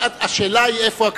השאלה היא איפה הקו.